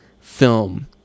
film